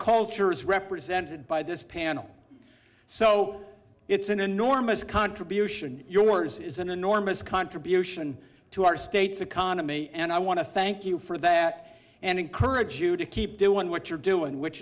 culture is represented by this panel so it's an enormous contribution yours is an enormous contribution to our state's economy and i want to thank you for that and encourage you to keep doing what you're doing which